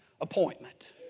appointment